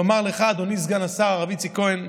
לומר לך, אדוני סגן השר הרב איציק כהן,